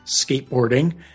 skateboarding